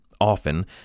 Often